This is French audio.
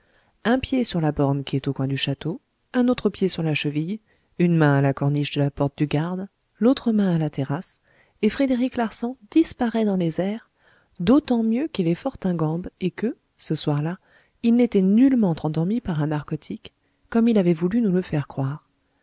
un pied sur la borne qui est au coin du château un autre pied sur la cheville une main à la corniche de la porte du garde l'autre main à la terrasse et frédéric larsan disparaît dans les airs d'autant mieux qu'il est fort ingambe et que ce soirlà il n'était nullement endormi par un narcotique comme il avait voulu nous le faire croire